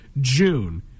June